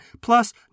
Plus